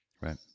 Right